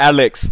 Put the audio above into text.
Alex